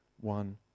one